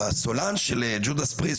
הזמר הסולן של juda's priest,